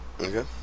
Okay